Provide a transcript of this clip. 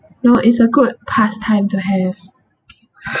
you know it's a good pastime to have